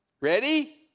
Ready